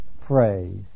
phrase